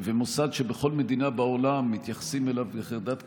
מוסד שבכל מדינה בעולם מתייחסים אליו בחרדת קודש,